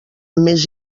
més